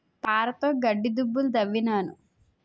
పారతోగడ్డి దుబ్బులు దవ్వినాను